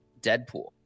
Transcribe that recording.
Deadpool